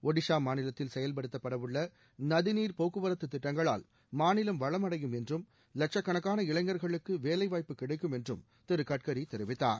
ஒடிஷா மாநிலத்தில் செயல்படுத்தப்படவுள்ள நதிநீர் போக்குவரத்து திட்டங்களால் மாநிலம் வளமடையும் என்றும் லட்சக்கணக்காள இளைஞர்களுக்கு வேலைவாய்ப்பு கிடைக்கும் என்றும் திரு கட்கரி தெரிவித்தார்